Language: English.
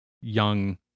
young